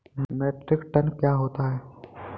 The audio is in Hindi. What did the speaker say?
मीट्रिक टन क्या होता है?